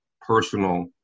personal